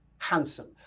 handsome